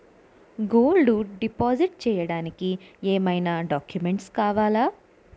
Gold deposit చేయడానికి ఏమైనా documents కావాలా?